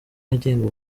agenga